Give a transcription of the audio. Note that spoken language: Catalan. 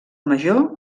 major